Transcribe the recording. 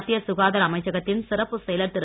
மத்திய சுகாதார அமைச்சகத்தின் சிறப்பு செயலர் திரு